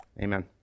Amen